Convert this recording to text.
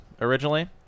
originally